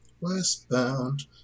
Westbound